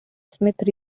smith